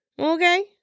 Okay